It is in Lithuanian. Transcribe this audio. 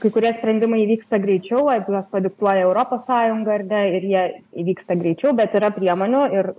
kai kurie sprendimai įvyksta greičiau ar juos padiktuoja europos sąjunga ar ne ir jie įvyksta greičiau bet yra priemonių ir